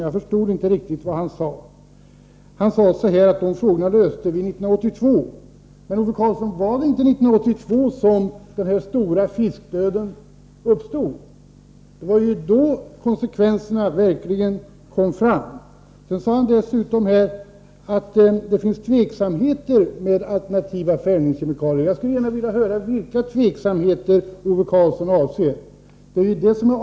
Jag förstod inte riktigt vad han menade, när han sade: Den frågan löste vi 1982. Var det inte 1982, Ove Karlsson, som den stora fiskdöden uppstod? Det var då konsekvenserna verkligen kom fram. Ove Karlsson sade också att det finns vissa tveksamheter när det gäller alternativa fällningskemikalier. Jag skulle gärna vilja höra vilka tveksamheter det är som Ove Karlsson avser.